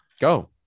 go